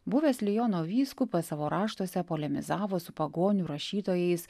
buvęs liono vyskupas savo raštuose polemizavo su pagonių rašytojais